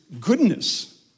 goodness